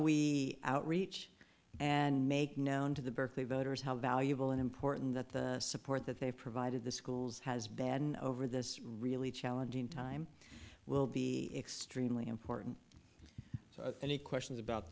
we outreach and make known to the berkeley voters how valuable and important that the support that they've provided the schools has been over this really challenging time will be extremely important so any questions about